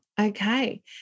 Okay